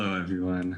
שלום לכולם.